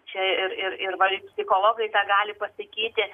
čia ir ir ir va ir psichologai tą gali pasakyti